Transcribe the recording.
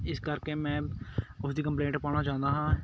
ਇਸ ਕਰਕੇ ਮੈਂ ਉਸਦੀ ਕੰਪਲੇਂਟ ਪਾਉਣਾ ਚਾਹੁੰਦਾ ਹਾਂ